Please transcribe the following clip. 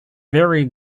very